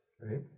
right